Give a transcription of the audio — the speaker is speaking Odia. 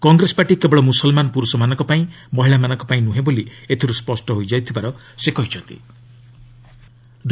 କଂଗ୍ରେସ ପାର୍ଟି କେବଳ ମୁସଲ୍ମାନ ପୁରୁଷମାନଙ୍କ ପାଇଁ ମହିଳାମାନଙ୍କ ପାଇଁ ନୁହେଁ ବୋଲି ଏଥିରୁ ସ୍ୱଷ୍ଟ ହୋଇଯାଉଥିବାର ସେ କହିଚ୍ଛନ୍ତି